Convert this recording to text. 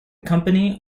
company